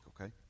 okay